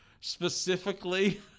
Specifically